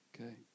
Okay